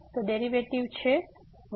derivative છે 15 x2